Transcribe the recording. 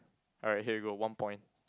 alright here you go one point